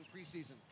preseason